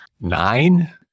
Nine